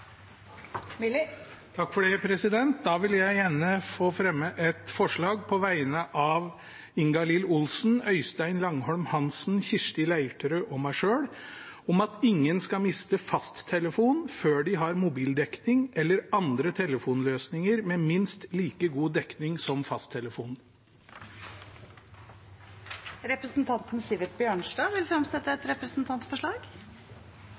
vil gjerne få fremme et forslag på vegne av Ingalill Olsen, Øystein Langholm Hansen, Kirsti Leirtrø og meg selv om at ingen skal miste fasttelefonen før de har mobildekning eller andre telefonløsninger med minst like god dekning som fasttelefon. Representanten Sivert Bjørnstad vil